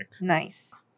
Nice